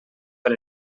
per